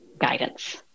guidance